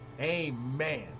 Amen